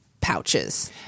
pouches